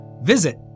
visit